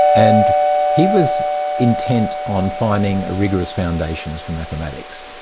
and he was intent on finding rigorous foundations for mathematics,